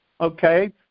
okay